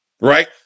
right